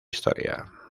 historia